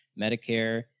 Medicare